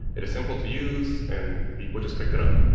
it is simple to use and people just picked it up.